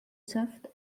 saft